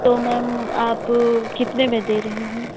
तो मैम आप कितने में दे रही हैं